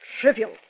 trivial